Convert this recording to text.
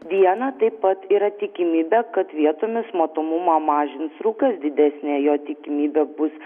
dieną taip pat yra tikimybė kad vietomis matomumą mažins rūkas didesnė jo tikimybė bus